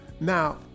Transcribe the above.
Now